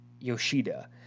yoshida